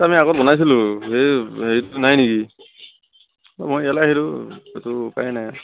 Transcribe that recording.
আমি আগত বনাইছিলোঁ হেৰি হেৰিটো নাই নেকি মই ইয়ালে আহিলোঁ সেইটো উপায় নাই